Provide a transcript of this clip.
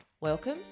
Welcome